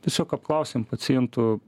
tiesiog apklausėm pacientų